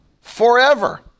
forever